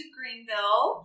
Greenville